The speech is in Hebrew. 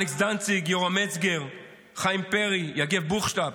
אלכס דנציג, יורם מצגר, חיים פרי, יגב בוכשטב,